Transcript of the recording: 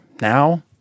now